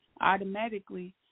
automatically